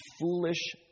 foolish